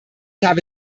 habe